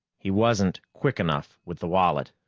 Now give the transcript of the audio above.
he wasn't quick enough with the wallet,